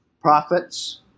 prophets